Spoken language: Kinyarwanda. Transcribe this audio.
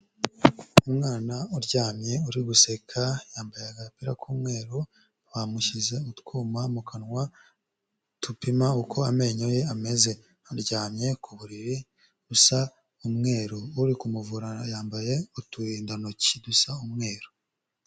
Umwana uryamye uri guseka yambaye agapira k'umweru, bamushyize utwuma mu kanwa tupima uko amenyo ye ameze aryamye ku buriri busa umweru, uri kumuvura yambaye uturindantoki dusa umweru.